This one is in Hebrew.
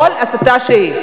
כל הסתה שהיא.